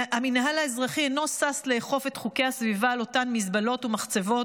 המינהל האזרחי אינו שש לאכוף את חוקי הסביבה על אותן מזבלות ומחצבות,